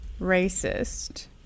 Racist